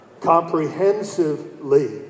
comprehensively